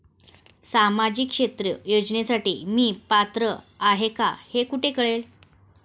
सामाजिक क्षेत्र योजनेसाठी मी पात्र आहे का हे कुठे कळेल?